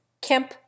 Kemp